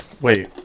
Wait